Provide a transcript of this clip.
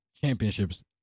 championships